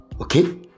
Okay